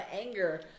anger